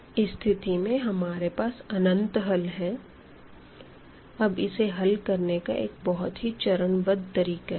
इस स्थिति में हमारे पास अनंत हल है अब इसे हल करने का एक बहुत ही चरणबद्ध तरीका है